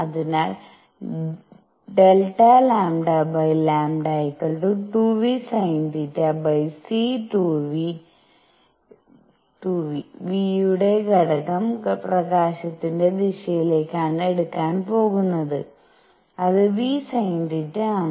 അതിനാൽ ∆λλ2vsinθ c v യുടെ ഘടകം പ്രകാശത്തിന്റെ ദിശയിലേക്കാണ് എടുക്കാൻ പോകുന്നത് അത് vsinθ ആണ്